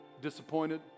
disappointed